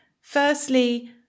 Firstly